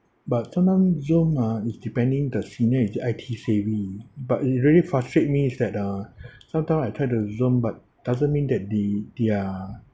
but sometimes Zoom ah is depending the senior is he I_T savvy but it really frustrates me is that uh sometime I try to Zoom but doesn't mean that the they're